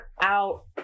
out